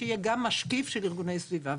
שיהיה גם משקיף של ארגוני סביבה.